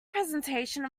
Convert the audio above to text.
presentation